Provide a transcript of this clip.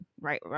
right